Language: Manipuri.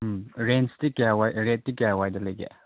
ꯎꯝ ꯔꯦꯟꯖꯇꯤ ꯀꯌꯥ ꯋꯥꯏ ꯔꯦꯠꯇꯤ ꯀꯌꯥ ꯋꯥꯏꯗ ꯂꯩꯒꯦ